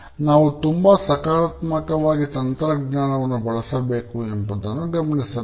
ನಾವು ತುಂಬಾ ಸಕಾರಾತ್ಮಕವಾಗಿ ತಂತ್ರಜ್ಞಾನವನ್ನು ಬಳಸಬೇಕು ಎಂಬುದನ್ನು ಗಮನಿಸಬೇಕು